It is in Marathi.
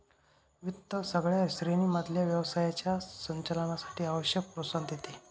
वित्त सगळ्या श्रेणी मधल्या व्यवसायाच्या संचालनासाठी आवश्यक प्रोत्साहन देते